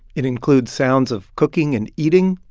it includes sounds of cooking and eating.